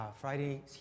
Friday